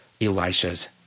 Elisha's